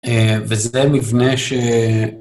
וזה מבנה ש...